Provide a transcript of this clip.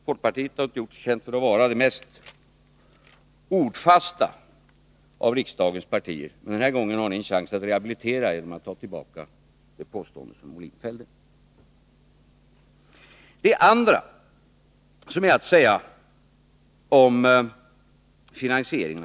Folkpartiet har inte gjort sig känt för att vara det mest ordfasta av riksdagens partier, men den här gången har ni en chans att rehabilitera er genom att ta tillbaka de påståenden som Björn Molin gjorde.